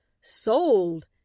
Sold